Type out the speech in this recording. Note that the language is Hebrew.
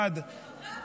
ובמיוחד, ולחברי הוועדה.